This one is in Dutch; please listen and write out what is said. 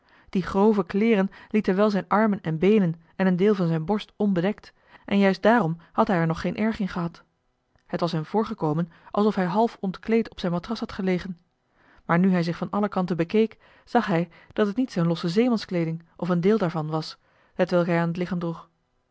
die grove kleeren lieten wel zijn armen en beenen en een deel van zijn borst onbedekt en juist daarom had hij er nog geen erg in gehad het was hem voorgekomen alsof hij half ontkleed op zijn matras had gelegen maar nu hij zich van alle kanten bekeek zag hij dat het niet zijn losse zeemanskleeding of een deel daarvan was hetwelk hij aan het lichaam droeg